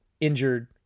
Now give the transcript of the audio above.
injured